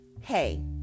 hey